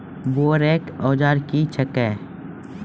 बोरेक औजार क्या हैं?